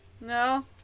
No